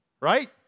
Right